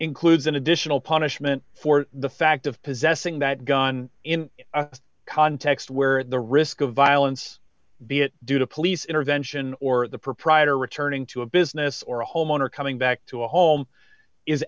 includes an additional punishment for the fact of possessing that gun in a context where the risk of violence be it due to police intervention or the proprietor returning to a business or a home owner coming back to a home is